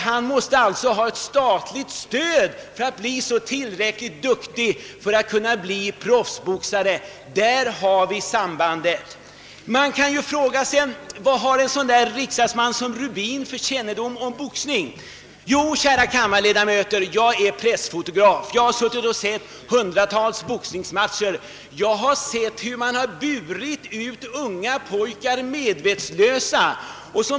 Han måste alltså ha statligt stöd för att bli tillräckligt duktig att vara proffsboxare. Där har vi sambandet. Man kan fråga sig vad en sådan riksdagsman som Rubin har för kännedom om boxning. Jo, kära kammarledamöter, jag är pressfotograf. Jag har varit med vid hundratals boxningsmatcher, och jag har sett hur man burit ut unga pojkar medvetslösa.